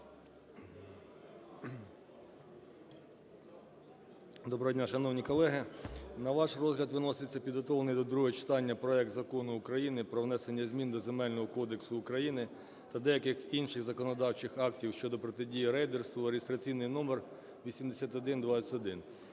Доброго дня, шановні колеги! На ваш розгляд виноситься підготовлений до другого читання проект Закону України про внесення змін до Земельного кодексу України та деяких інших законодавчих актів щодо протидії рейдерству (реєстраційний номер 8121).